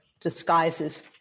disguises